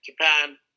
Japan